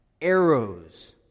arrows